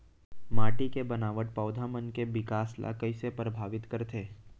माटी के बनावट पौधा मन के बिकास ला कईसे परभावित करथे